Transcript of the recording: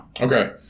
Okay